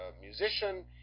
musician